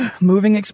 Moving